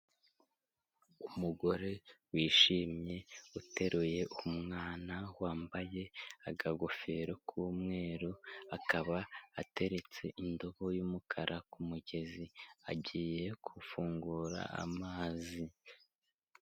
Umugore wishimye uteruye umwana wambaye agagofero k'umweru, akaba ateretse indobo y'umukara ku mugezi, agiye gufungura amazi.